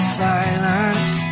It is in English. silence